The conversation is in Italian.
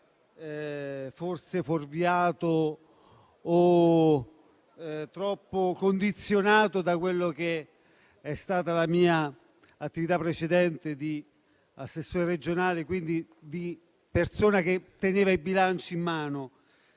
forse fuorviato o troppo condizionato da quello che è stata la mia attività precedente di assessore regionale, quindi di persona che teneva i bilanci in mano.